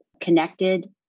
connected